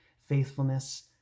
faithfulness